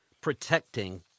protecting